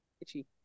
Itchy